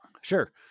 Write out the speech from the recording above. sure